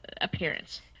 appearance